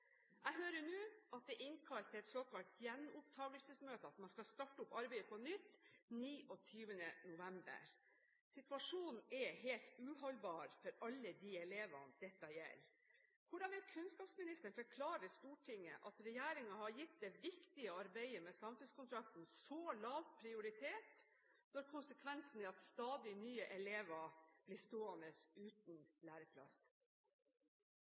Jeg hører nå at det er innkalt til et såkalt gjenopptagelsesmøte, og at man skal starte opp arbeidet på nytt 29. november. Situasjonen er helt uholdbar for alle de elevene dette gjelder. Hvordan vil kunnskapsministeren forklare Stortinget at regjeringen har gitt det viktige arbeidet med samfunnskontrakten så lav prioritet, når konsekvensen er at stadig nye elever blir stående uten læreplass?